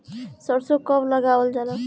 सरसो कब लगावल जाला?